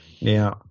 Now